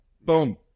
Boom